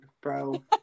bro